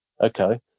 okay